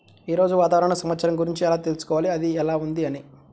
ఈరోజు వాతావరణ సమాచారం గురించి ఎలా తెలుసుకోవాలి అది ఎలా ఉంది అని?